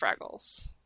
Fraggles